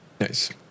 Nice